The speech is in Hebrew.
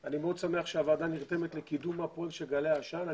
אני מאוד שמח שהוועדה נרתמת לקידום התקנות גלאי העשן.